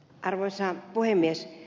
arvoisa puhemies